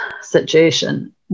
situation